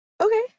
Okay